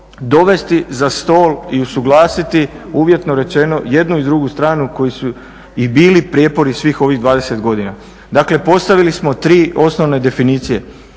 dovesti za stol i usuglasit uvjetno rečeno jednu i drugu stranu koji su i bili prijepori svih ovih 20. godina. Dakle, postavili smo 3 osnovne definicije,